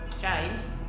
James